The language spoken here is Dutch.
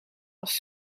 was